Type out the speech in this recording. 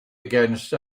against